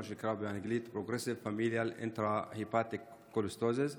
מה שנקרא באנגלית Progressive Familial Intrahepatic Cholestasis,